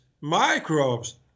microbes